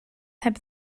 heb